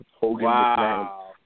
Wow